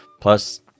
Plus